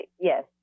Yes